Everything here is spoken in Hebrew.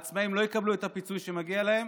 העצמאים לא יקבלו את הפיצוי שמגיע להם.